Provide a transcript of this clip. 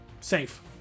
Safe